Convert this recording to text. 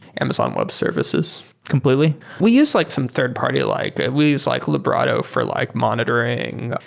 amazon web services. completely? we use like some third-party. like we use like librato for like monitoring.